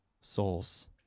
souls